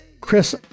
Chris